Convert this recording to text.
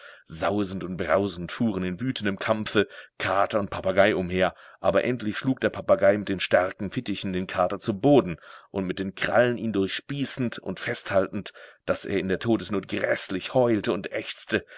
sausend und brausend fuhren in wütendem kampfe kater und papagei umher aber endlich schlug der papagei mit den starken fittichen den kater zu boden und mit den krallen ihn durchspießend und festhaltend daß er in der todesnot gräßlich heulte und ächzte